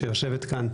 שיושבת כאן,